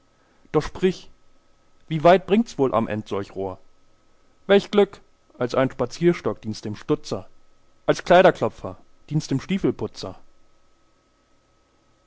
doch sprich wie weit bringts wohl am end solch rohr welch glück als ein spazierstock dients dem stutzer als kleiderklopfer dients dem